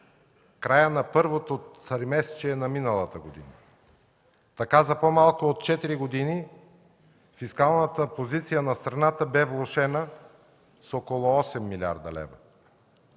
края на първото тримесечие на миналата година. Така за по-малко от четири години фискалната позиция на страната беше влошена с около 8 млрд. лв.